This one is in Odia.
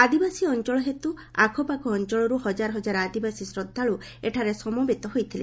ଆଦିବାସୀ ଅଞ୍ଚଳ ହେତୁ ଆଖପାଖ ଅଞ୍ଚଳର ହଜାର ହଜାର ଆଦିବାସୀ ଶ୍ରଦ୍ଧାଳୁ ଏଠାରେ ସମବେତ ହୋଇଥିଲେ